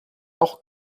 auch